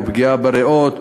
או פגיעה בריאות,